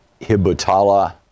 Hibutala